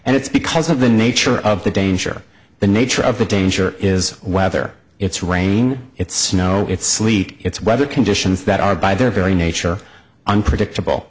and it's because of the nature of the danger the nature of the danger is whether it's raining it's you know it's sleek it's weather conditions that are by their very nature unpredictable